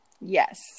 Yes